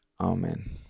Amen